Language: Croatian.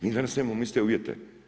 Mi danas nemamo iste uvjete.